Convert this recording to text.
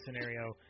scenario